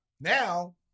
now